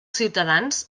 ciutadans